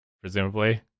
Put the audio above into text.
presumably